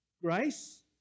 grace